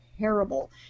Terrible